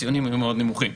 הציונים היו מאוד נמוכים.